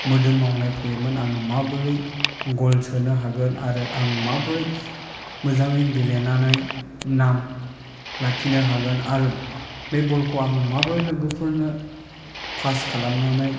मोदोम मावनाय फैयोमोन आङो माबोरै गल सोनो हागोन आरो आङो माबोरै मोजांयै गेलेनानै नाम लाखिनो हागोन आरो बे बलखौ आं माबोरै लोगोफोरनो फास खालामनानै